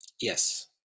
Yes